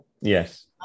Yes